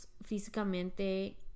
físicamente